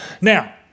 Now